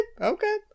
okay